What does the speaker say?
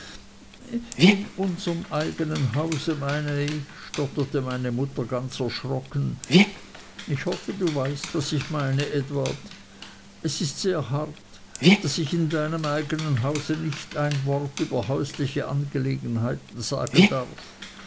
klara unserm eignen hause meine ich stotterte meine mutter ganz erschrocken ich hoffe du weißt was ich meine edward es ist sehr hart daß ich in deinem eignen hause nicht ein wort über häusliche angelegenheiten sagen darf